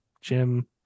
Jim